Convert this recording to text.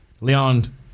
Leon